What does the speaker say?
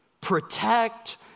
protect